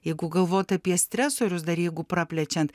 jeigu galvot apie stresorius dar jeigu praplečiant